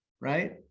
right